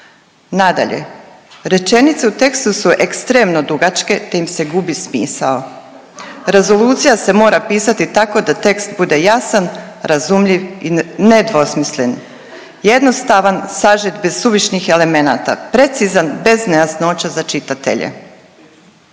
Nadalje, rečenice u tekstu su ekstremno dugačke te im se gubi smisao. Rezolucija se mora pisati tako da tekst bude jasan, razumljiv i nedvosmislen, jednostavan, sažet, bez suvišnih elemenata, precizan bez nejasnoća za čitatelje.